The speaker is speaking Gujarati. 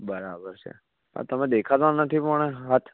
બરાબર છે તમે દેખાતા નથી પણ હાથ